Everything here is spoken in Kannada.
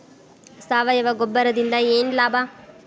ಸಾವಯವ ಗೊಬ್ಬರದಿಂದ ಏನ್ ಲಾಭ?